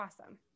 awesome